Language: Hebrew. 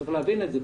צריך להבין את זה.